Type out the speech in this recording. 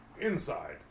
inside